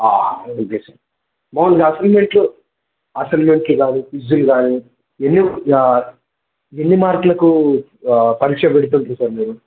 అలాగే సార్ మాములుగా అసైన్మెంట్లు అసైన్మెంట్లకి కానీ క్విజులకి కానీ ఎన్ని ఎన్ని మార్కులకు పరీక్ష పెడుతుంటారు సార్ మీరు